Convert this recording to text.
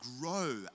grow